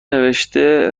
نوشته